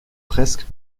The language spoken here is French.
presque